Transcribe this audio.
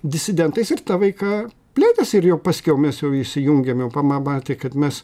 disidentais ir ta veika plėtėsi ir jau paskiau mes jau įsijungėm jau pamamatė kad mes